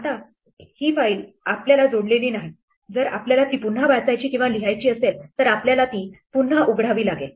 आता ही फाईल आता आपल्याशी जोडलेली नाही जर आपल्याला ती पुन्हा वाचायची किंवा लिहायची असेल तर आपल्याला ती पुन्हा उघडावी लागेल